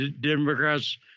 Democrats